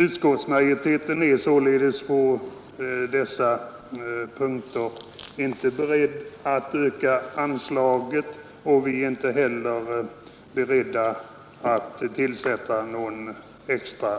Utskottsmajoriteten är således på dessa punkter inte nu beredd att öka anslaget och inte heller att tillsätta någon extra